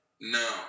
No